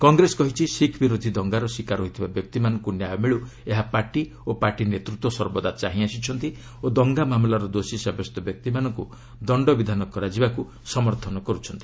କଂଗ୍ରେସ କହିଛି ଶିଖ୍ ବିରୋଧୀ ଦଙ୍ଗାର ଶିକାର ହୋଇଥିବା ବ୍ୟକ୍ତିମାନଙ୍କୁ ନ୍ୟାୟ ମିଳୁ ଏହା ପାର୍ଟି ଓ ପାର୍ଟି ନେତୃତ୍ୱ ସର୍ବଦା ଚାହିଁ ଆସିଛନ୍ତି ଓ ଦଙ୍ଗା ମାମଲାର ଦୋଷୀ ସାବ୍ୟସ୍ତ ବ୍ୟକ୍ତିମାନଙ୍କୁ ଦଣ୍ଡବିଧାନ କରାଯିବକୁ ସମର୍ଥନ କରୁଛି